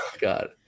God